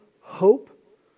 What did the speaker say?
hope